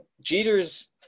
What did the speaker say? Jeter's